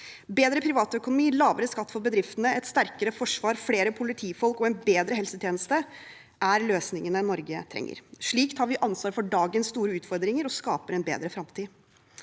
Bedre privatøkonomi, lavere skatt for bedriftene, et sterkere forsvar, flere politifolk og en bedre helsetjeneste er løsningene Norge trenger. Slik tar vi ansvar for dagens store utfordringer og skaper en bedre fremtid.